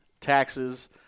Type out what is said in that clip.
taxes